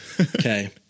Okay